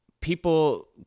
people